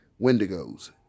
Wendigos